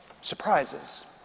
surprises